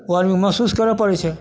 ओ आदमीके महसूस करै पड़ै छै